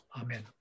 Amen